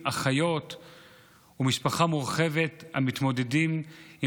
אחיות ומשפחה מורחבת המתמודדים עם